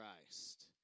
Christ